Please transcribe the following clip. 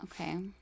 Okay